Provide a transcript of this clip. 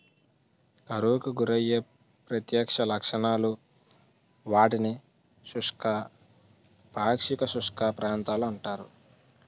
కరువుకు గురయ్యే ప్రత్యక్ష లక్షణాలు, వాటిని శుష్క, పాక్షిక శుష్క ప్రాంతాలు అంటారు